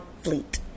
Fleet